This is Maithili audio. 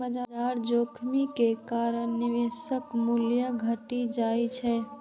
बाजार जोखिम के कारण निवेशक मूल्य घटि जाइ छै